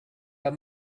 pas